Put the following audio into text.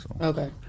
okay